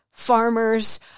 Farmers